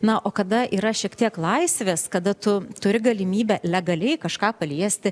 na o kada yra šiek tiek laisvės kada tu turi galimybę legaliai kažką paliesti